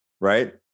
right